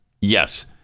Yes